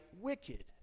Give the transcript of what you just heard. wicked